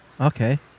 Okay